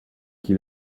qui